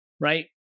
right